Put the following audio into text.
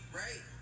right